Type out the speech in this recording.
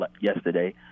yesterday